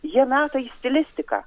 jie meta į stilistiką